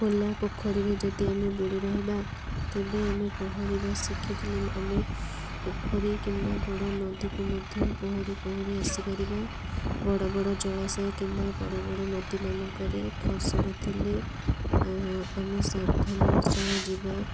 ଖୋଲା ପୋଖରୀରେ ଯଦି ଆମେ ବୁଡ଼ି ରହିବା ତେବେ ଆମେ ପହଁରିବା ଶିଖିଥିଲେ ମେ ଆମେ ପୋଖରୀ କିମ୍ବା ବଡ଼ ନଦୀକୁ ମଧ୍ୟ ପହଁରି ପହଁରି ଆସିପାରିବା ବଡ଼ ବଡ଼ ଜଳାଶୟ କିମ୍ବା ବଡ଼ ବଡ଼ ନଦୀମାନଙ୍କରେ ଖସଡ଼ା ଥିଲେ ଆମେ ସାବଧାନର ସହ ଯିବା